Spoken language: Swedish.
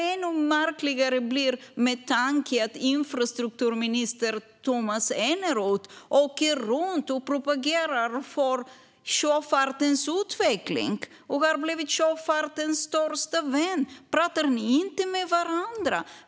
Ännu märkligare blir det med tanke på att infrastrukturminister Tomas Eneroth åker runt och propagerar för sjöfartens utveckling och har blivit sjöfartens största vän. Talar ni inte med varandra?